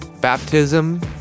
Baptism